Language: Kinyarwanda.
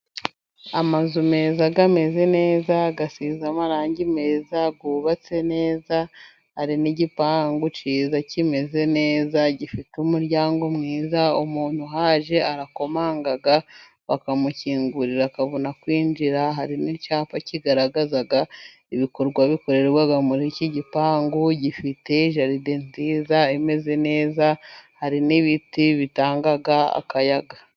Amazu meza ameze neza,. asize amarangi meza yubatse neza. Harimo igipangu cyiza kimeze neza, gifite umuryango mwiza. Umuntu uhaje arakomanga bakamukingurira akabona kwinjira. Harimo icyapa kigaragaza ibikorwa bikorerwa muri iki gipangu. Gifite jaride nziza imeze neza, hari n'ibiti bitanga akayaga.